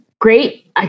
great